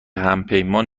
همپیمان